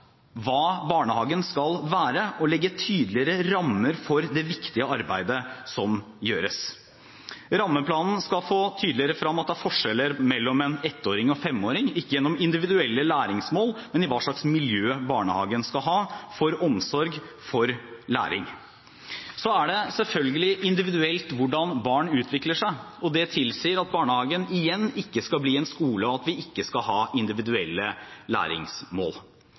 hva barnehagen skal være, og legge tydeligere rammer for det viktige arbeidet som gjøres. Rammeplanen skal få tydeligere frem at det er forskjeller mellom en ettåring og en femåring – ikke gjennom individuelle læringsmål, men når det gjelder hva slags miljø barnehagen skal ha for omsorg, for læring. Så er det selvfølgelig individuelt hvordan barn utvikler seg, og det tilsier igjen at barnehagen ikke skal bli en skole, og at vi ikke skal ha individuelle læringsmål.